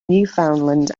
newfoundland